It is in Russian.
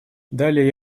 далее